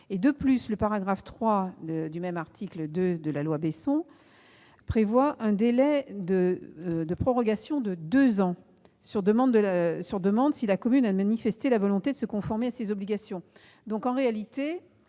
De plus, le paragraphe 3 du même article prévoit un délai de prorogation de deux ans sur demande, si la commune a manifesté la volonté de se conformer à ses obligations.